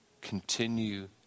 continue